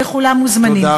וכולם מוזמנים.